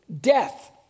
Death